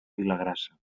vilagrassa